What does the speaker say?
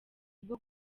bwo